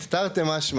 תרתי משמע,